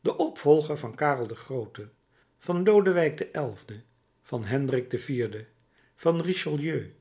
de opvolger van karel den groote van lodewijk xi van hendrik iv